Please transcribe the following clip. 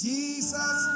Jesus